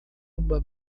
uma